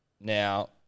Now